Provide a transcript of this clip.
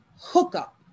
hookup